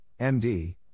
MD